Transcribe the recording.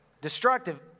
Destructive